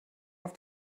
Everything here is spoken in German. auf